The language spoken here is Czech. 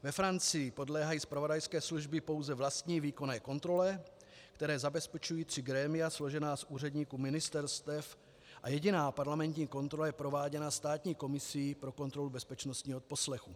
Ve Francii podléhají zpravodajské služby pouze vlastní výkonné kontrole, které (?) zabezpečují tři grémia složená z úředníků ministerstev, a jediná parlamentní kontrola je prováděna státní komisí pro kontrolu bezpečnostního odposlechu.